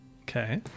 Okay